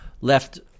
left